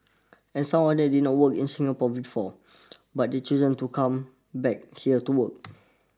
and some of them did work in Singapore before but they've chosen to come back here and work